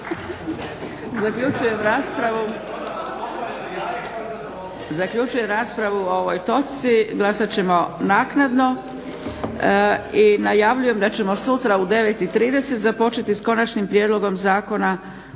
Zaključujem raspravu o ovoj točci. Glasat ćemo naknadno. I najavljujem da ćemo sutra u 9,30 započeti s Konačnim prijedlogom Zakona